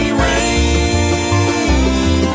rain